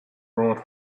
road